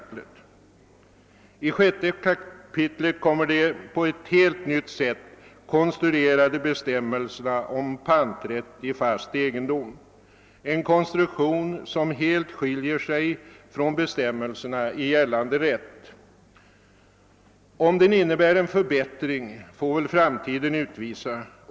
I 6 kap. kommer de på ett nytt sätt konstruerade bestämmelserna om panträtt i fast egendom, som helt skiljer sig från bestämmelserna i gällande rätt. Om detta innebär en förbättring får vil framtiden utvisa.